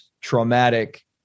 traumatic